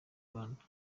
rwanda